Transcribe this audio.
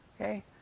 Okay